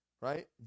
Right